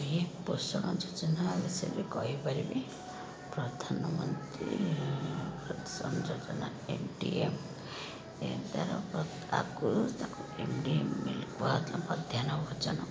P M ପୋଷଣ ଯୋଜନା ବିଷୟରେ କହିପାରିବି ପ୍ରଧାନମନ୍ତ୍ରୀ ପୋଷଣ ଯୋଜନା ଏମ୍ ଡ଼ି ଏମ୍ ୟାକୁ ଏମ୍ ଡ଼ି ଏମ୍ ବୋଲି କୁହାଯାଉ ଥିଲା ମଧ୍ୟାହ୍ନ ଭୋଜନ